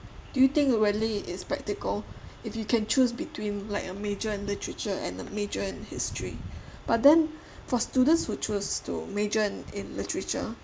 do you think really is practical if you can choose between like a major in literature and the major in history but then for students who choose to major in literature